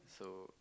so